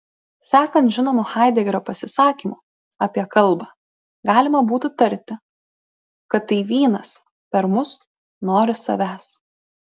sekant žinomu haidegerio pasisakymu apie kalbą galima būtų tarti kad tai vynas per mus nori savęs